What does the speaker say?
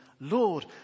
Lord